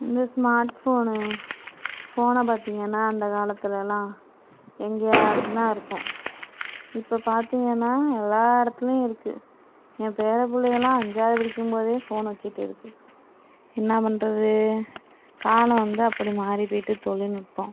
இந்த smart phone ஃபோனை பார்த்தீங்கன்னா அந்த காலத்துலெலாம் எங்கேயாச்சுதான் இருக்கும் இப்போ பார்த்தீங்கன்னா எல்லா இடத்துலியும் இருக்குது என் பேர பிள்ளைங்கள்லாம் அஞ்சாவது படிக்கும்போதே ஃபோனை வெச்சுட்டுருக்கு என்ன பண்ணுறது காலம் வந்து அப்படி மாறி போயிட்டு தொழில்நுட்பம்